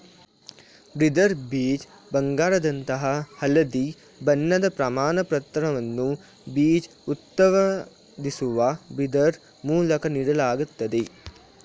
breeder ಬೀಜ ಬಂಗಾರದಂತಹ ಹಳದಿ ಬಣ್ಣದ ಪ್ರಮಾಣಪತ್ರವನ್ನ ಬೀಜ ಉತ್ಪಾದಿಸುವ ಬ್ರೀಡರ್ ಮೂಲಕ ನೀಡಲಾಗ್ತದೆ